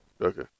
Okay